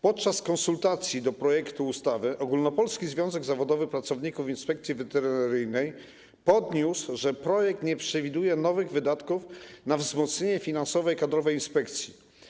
Podczas konsultacji dotyczących projektu ustawy Ogólnopolski Związek Zawodowy Pracowników Inspekcji Weterynaryjnej podniósł, że projekt nie przewiduje nowych wydatków na wzmocnienie finansowe i kadrowe inspekcji.